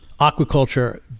Aquaculture